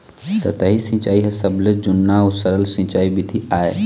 सतही सिंचई ह सबले जुन्ना अउ सरल सिंचई बिधि आय